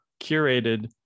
curated